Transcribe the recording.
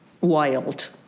wild